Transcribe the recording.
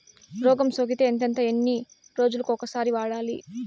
రోగం సోకితే ఎంతెంత ఎన్ని రోజులు కొక సారి వాడాలి?